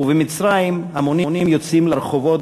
במצרים המונים יוצאים לרחובות,